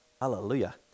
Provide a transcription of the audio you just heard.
Hallelujah